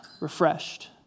refreshed